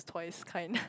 twice kind